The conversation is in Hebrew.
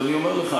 ואני אומר לך,